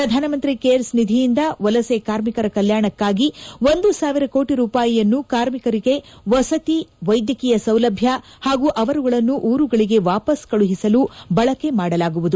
ಪ್ರಧಾನಮಂತ್ರಿ ಕೇರ್ಪ್ ನಿಧಿಯಿಂದ ವಲಸೆ ಕಾರ್ಮಿಕರ ಕಲ್ಯಾಣಕ್ಕಾಗಿ ಒಂದು ಸಾವಿರ ಕೋಟಿ ರೂಪಾಯಿಯನ್ನು ಕಾರ್ಮಿಕರಿಗೆ ವಸತಿ ವೈದ್ಯಕೀಯ ಸೌಲಭ್ಯ ಹಾಗೂ ಅವರುಗಳನ್ನು ಉರುಗಳಿಗೆ ವಾಪಸ್ಸು ಕಳಿಸಲು ಬಳಕೆ ಮಾಡಲಾಗುವುದು